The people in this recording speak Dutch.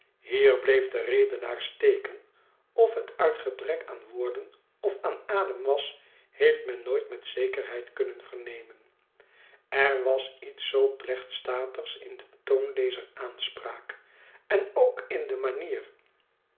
hier bleef de redenaar steken of het uitgebrek aan woorden of aan adem was heeft meii nooit met zekerheid kunnen vernemen er was iets zoo plechtstatigs in den toon dezer aanspraak en ook in de manier